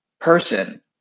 person